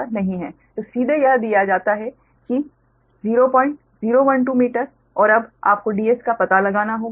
तो सीधे यह दिया जाता है कि 0012 मीटर और अब आपको Ds का पता लगाना होगा